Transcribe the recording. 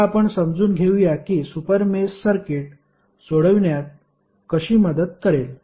आता आपण समजून घेऊया की सुपर मेष सर्किट सोडविण्यात कशी मदत करेल